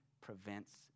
prevents